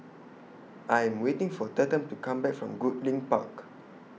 I Am waiting For Tatum to Come Back from Goodlink Park